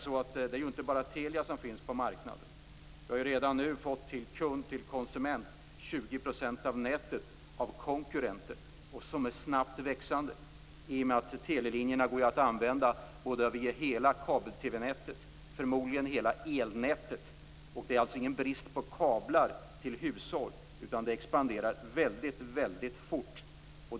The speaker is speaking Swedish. Det är ju inte bara Telia som finns på marknaden. Vi har redan nu fått till konsument 20 % av nätet av konkurrenter. Dessa är snabbt växande, i och med att telelinjerna går att använda via hela kabel-TV-nätet och förmodligen hela elnätet. Det är alltså ingen brist på kablar till hushåll, utan det expanderar väldigt fort.